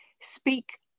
speak